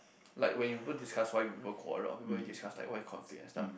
like when people discuss why people quarrel or people discuss like why you and stuff